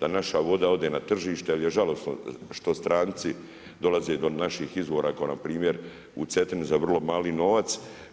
da naša voda ode na tržište jer je žalosno što stranci dolaze do naših izvora kao npr. u Cetini za vrlo mali novac.